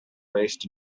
raced